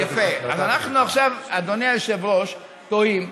אז אנחנו עכשיו, אדוני היושב-ראש, תוהים,